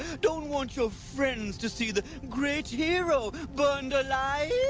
don't want your friends to see the great hero burned alive?